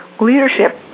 Leadership